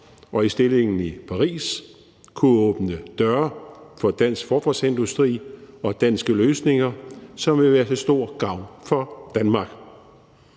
og stillingen i Paris kunne åbne døre for dansk forsvarsindustri og danske løsninger, hvilket vil være til stor gavn for Danmark.